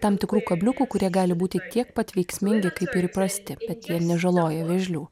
tam tikrų kabliukų kurie gali būti tiek pat veiksmingi kaip ir įprasti bet jie nežaloja vėžlių